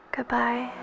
Goodbye